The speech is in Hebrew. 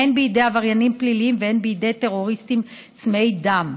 הן בידי עבריינים פליליים והן בידי טרוריסטים צמאי דם.